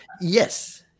yes